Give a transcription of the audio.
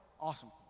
Awesome